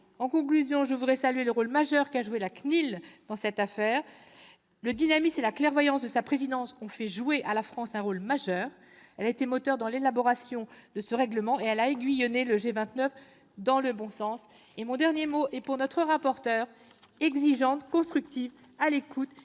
conclure, je voudrais saluer le rôle majeur qu'a joué la CNIL dans cette affaire. Le dynamisme et la clairvoyance de sa présidente ont fait jouer à la France un rôle majeur. Notre pays a été moteur dans l'élaboration de ce règlement et a aiguillonné le G29 dans le bon sens. Mon dernier mot est pour notre rapporteur : exigeante, constructive, à l'écoute,